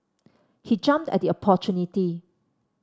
he jumped at the opportunity